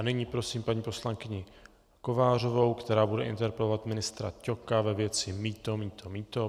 Nyní prosím paní poslankyni Kovářovou, která bude interpelovat ministra Ťoka ve věci mýto, mýto, mýto.